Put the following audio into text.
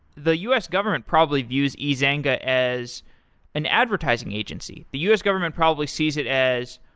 the u s. government probably use ezanga as an advertising agency. the u s. government probably sees it as,